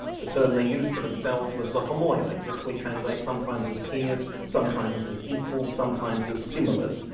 the term they used for themselves was the homoioi which we translate sometimes as peers, sometimes as equals, sometimes as similars.